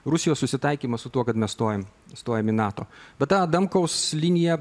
rusijos susitaikymas su tuo kad mes stojam stojam į nato bet ta adamkaus linija